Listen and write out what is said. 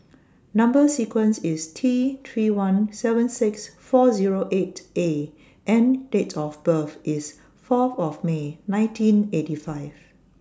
Number sequence IS T three one seven six four Zero eight A and Date of birth IS Fourth of May nineteen eighty five